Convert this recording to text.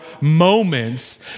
moments